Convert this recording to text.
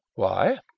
why?